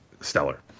stellar